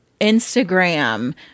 Instagram